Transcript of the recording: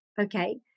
okay